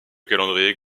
calendrier